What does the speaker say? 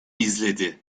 izledi